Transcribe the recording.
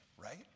right